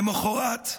למוחרת,